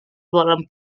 volen